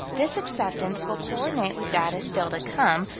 this acceptance will co-ordinate with data still to come,